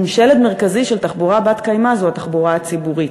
שלד מרכזי של תחבורה בת-קיימא זה התחבורה הציבורית.